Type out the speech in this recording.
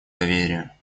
доверия